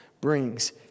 brings